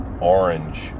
orange